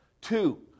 Two